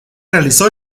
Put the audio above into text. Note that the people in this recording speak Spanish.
realizó